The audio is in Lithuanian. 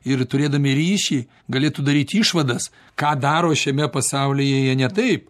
ir turėdami ryšį galėtų daryt išvadas ką daro šiame pasaulyje jie ne taip